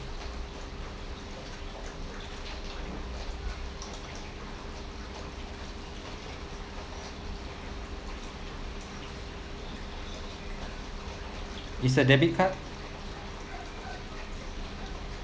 is a debit card